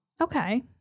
Okay